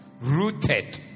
Rooted